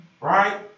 right